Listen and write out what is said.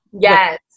Yes